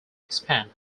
expand